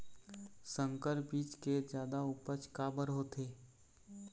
संकर बीज के जादा उपज काबर होथे?